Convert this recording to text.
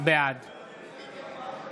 בעד